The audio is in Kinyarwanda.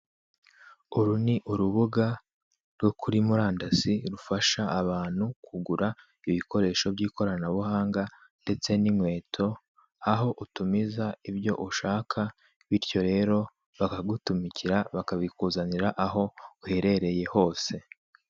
Uru ni urubuga rwo kuri murandasi rufasha abantu kugura ibikoresho by'ikoranabuhanga ndetse n'inkweto, aho utumiza ibyo ushaka bityo rero bakagutumikira bakabikuzanira aho uherereye hose.